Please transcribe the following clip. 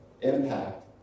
impact